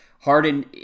Harden